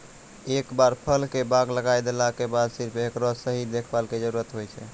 एक बार फल के बाग लगाय देला के बाद सिर्फ हेकरो सही देखभाल के जरूरत होय छै